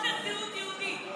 חוסר זהות יהודית.